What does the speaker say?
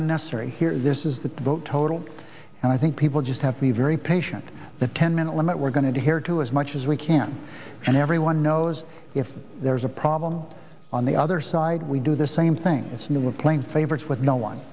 unnecessary here this is the vote total and i think people just have to be very patient that ten minute limit we're going to hear to as much as we can and everyone knows if there's a problem on the other side we do the same thing it's no we're playing favorites let no one